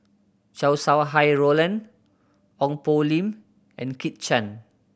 Chow Sau Hai Roland Ong Poh Lim and Kit Chan